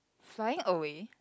flying away